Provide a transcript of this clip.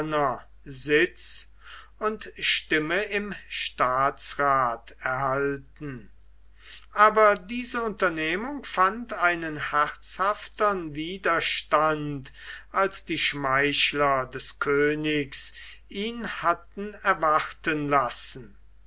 sitz und stimme im staatsrath erhalten aber diese unternehmung fand einen herzhaftern widerstand als die schmeichler des königs ihn hatten erwarten lassen